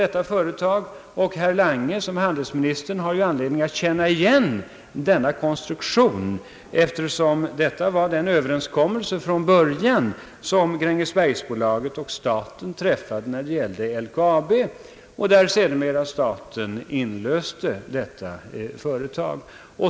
Herr Lange såsom handelsminister har ju anledning att känna igen denna konstruktion, eftersom detta var den överenskommelse som Grängesbergsbolaget och staten från början träffade när det gällde LKAB, vilket företag staten sedermera inlöste.